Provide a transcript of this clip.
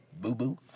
Boo-boo